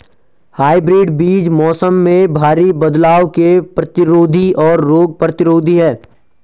hybrid बीज मौसम में भारी बदलाव के प्रतिरोधी और रोग प्रतिरोधी हैं